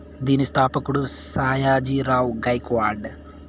దీని స్థాపకుడు సాయాజీ రావ్ గైక్వాడ్